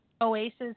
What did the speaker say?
oasis